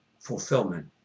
Fulfillment